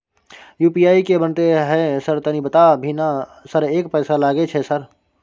UPI की बनते है सर तनी बता भी ना सर एक पैसा लागे छै सर?